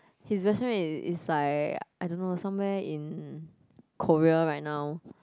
his best friend is is like I don't know somewhere in Korea right now